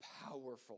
powerful